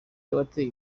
yateye